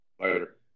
Later